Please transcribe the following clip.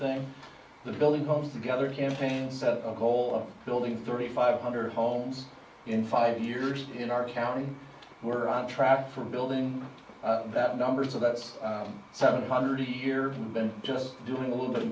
thing the building homes together him pain set a goal of building thirty five hundred homes in five years in our county who are on track for building that number so that's seven hundred a year and then just doing a little bit